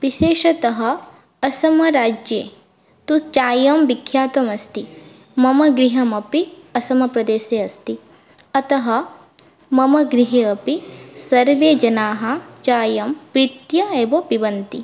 विशेषतः असमराज्ये तु चायं विख्यातम् अस्ति मम गृहमपि असम प्रदेशे अस्ति अतः मम गृहे अपि सर्वे जनाः चायं प्रीत्या एव पिबन्ति